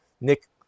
Nick